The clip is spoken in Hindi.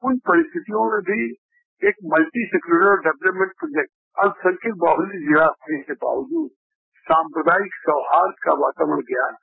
उन परिस्थितियों में भी एक मल्टी सक्योलर डेवलपमेंट प्रोजेक्ट अल्पसंख्यक बाहुल्य के बावजूद साम्प्रदायिक सौहार्द का वातावरण बन गया है